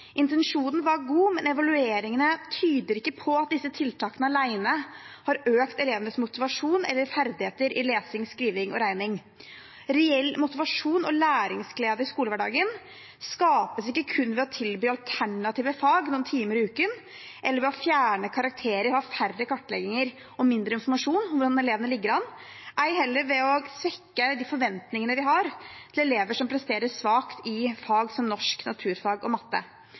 Intensjonen var god, men evalueringene tyder ikke på at disse tiltakene alene har økt elevenes motivasjon eller ferdigheter i lesing, skriving og regning. Reell motivasjon og læringsglede i skolehverdagen skapes ikke kun ved å tilby alternative fag noen timer i uken eller ved å fjerne karakterer og ha færre kartlegginger og mindre informasjon om hvordan elevene ligger an, ei heller ved å svekke de forventningene vi har til elever som presterer svakt i fag som norsk, naturfag og matte.